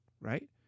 right